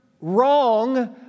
wrong